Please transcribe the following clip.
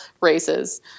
races